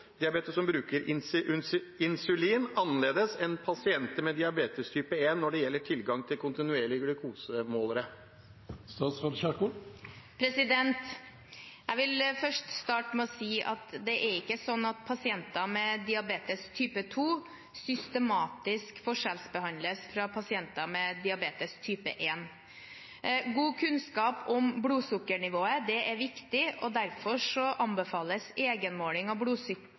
2 som bruker insulin, annerledes enn pasienter med diabetes type 1, når det gjelder tilgang til kontinuerlig glukosemåler?» Jeg vil først starte med å si at det er ikke slik at pasienter med diabetes type 2 systematisk forskjellsbehandles fra pasienter med diabetes type 1. God kunnskap om blodsukkernivået er viktig, og derfor anbefales egenmåling av blodsukker